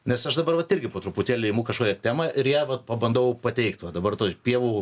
nes aš dabar vat irgi po truputėlį imu kažkokią temą ir ją vat pabandau pateikt va dabar toj pievų